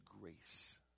grace